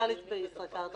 כסמנכ"לית בישראכרט.